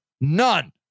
None